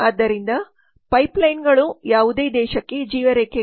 ಆದ್ದರಿಂದ ಪೈಪ್ಲೈನ್ಗಳು ಯಾವುದೇ ದೇಶಕ್ಕೆ ಜೀವ ರೇಖೆಗಳು